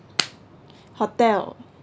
hotel